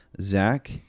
Zach